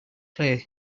play